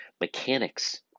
mechanics